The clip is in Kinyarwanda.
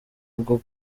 bwo